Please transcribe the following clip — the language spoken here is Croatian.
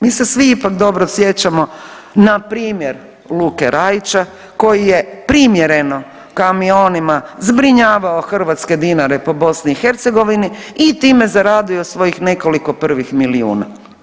Mi se svi ipak dobro sjećamo npr. Luke Raića koji je primjereno kamionima zbrinjavao hrvatske dinare po BiH i time zaradio svojih nekoliko prvih milijuna.